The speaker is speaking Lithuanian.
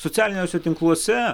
socialiniuose tinkluose